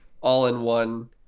all-in-one